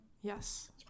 Yes